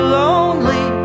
lonely